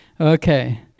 Okay